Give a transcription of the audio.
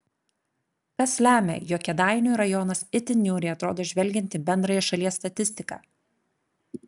kas lemia jog kėdainių rajonas itin niūriai atrodo žvelgiant į bendrąją šalies statistiką